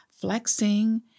flexing